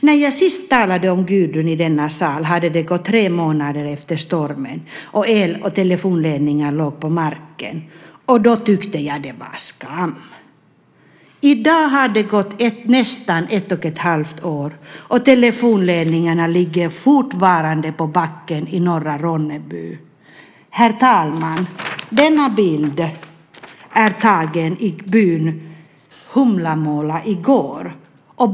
När jag sist talade om Gudrun i denna sal hade det gått tre månader sedan stormen, och el och telefonledningar låg på marken. Då tyckte jag att det var skam. I dag har det gått nästan ett och ett halvt år, och telefonledningarna ligger fortfarande på backen i norra Ronneby. Herr talman! Denna bild som jag håller upp är tagen i byn Humlamåla i går.